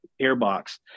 airbox